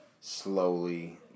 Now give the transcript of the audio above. slowly